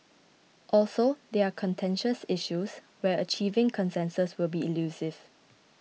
also they are contentious issues where achieving consensus will be elusive